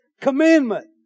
commandment